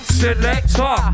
selector